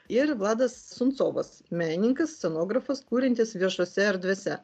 ir vladas suncovas menininkas scenografas kuriantis viešose erdvėse